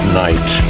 night